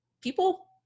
people